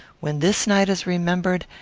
when this night is remembered,